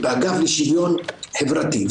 באגף לשוויון חברתי,